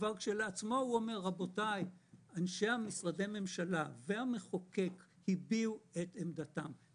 כשלעצמו הוא אומר שאנשי משרדי הממשלה והמחוקק הביעו את עמדתם.